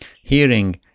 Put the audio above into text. hearing